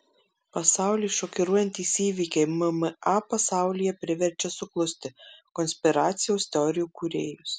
pasaulį šokiruojantys įvykiai mma pasaulyje priverčia suklusti konspiracijos teorijų kūrėjus